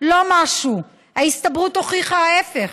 לא משהו, ההסתברות הוכיחה ההפך,